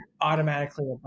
automatically